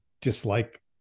dislike